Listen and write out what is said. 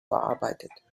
verarbeitet